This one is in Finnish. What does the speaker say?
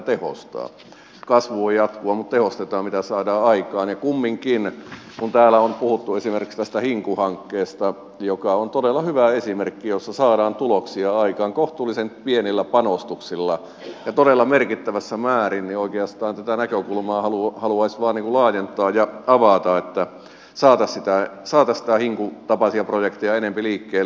kasvu voi jatkua mutta tehostetaan mitä saadaan aikaan ja kumminkin kun täällä on puhuttu esimerkiksi tästä hinku hankkeesta joka on todella hyvä esimerkki jossa saadaan tuloksia aikaan kohtuullisen pienillä panostuksilla ja todella merkittävissä määrin niin oikeastaan tätä näkökulmaa haluaisi vain laajentaa ja avata niin että saataisiin hinkun tapaisia projekteja enempi liikkeelle